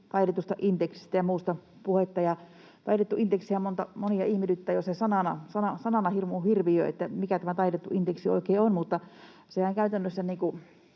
taitetusta indeksistä ja muusta. Taitettu indeksihän — monia ihmetyttää se jo sanana — on sanana hirmu hirviö, että mikä tämä taitettu indeksi oikein on. Sehän käytännössä